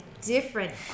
different